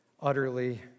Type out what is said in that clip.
utterly